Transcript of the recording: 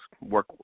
work